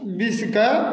विषके